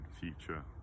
future